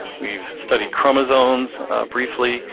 we've studied chromosomes briefly,